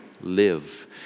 live